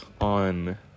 on